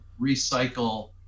recycle